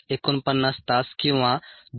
49 तास किंवा 269